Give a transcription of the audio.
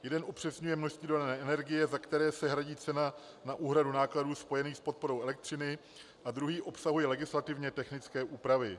Jeden upřesňuje množství dodané energie, za které se hradí cena na úhradu nákladů spojených s podporou elektřiny, a druhý obsahuje legislativně technické úpravy.